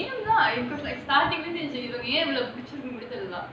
game தான் ஏன் இவளை பிடிச்சிருக்குனு கூட தெரில:thaan yaen ivalai pidichirukunnu kooda terila